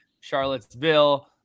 Charlottesville